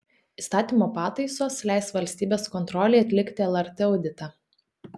įstatymo pataisos leis valstybės kontrolei atlikti lrt auditą